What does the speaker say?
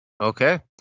Okay